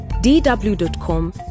dw.com